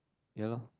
ya lor